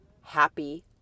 happy